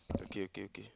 okay okay okay